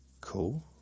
cool